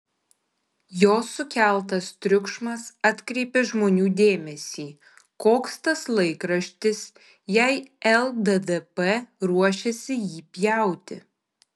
jos sukeltas triukšmas atkreipė žmonių dėmesį koks tas laikraštis jei lddp ruošiasi jį pjauti